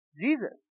Jesus